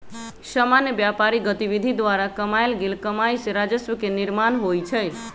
सामान्य व्यापारिक गतिविधि द्वारा कमायल गेल कमाइ से राजस्व के निर्माण होइ छइ